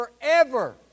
forever